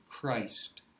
Christ